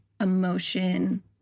emotion